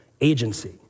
agency